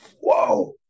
whoa